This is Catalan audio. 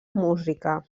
música